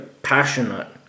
passionate